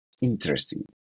interesting